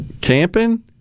Camping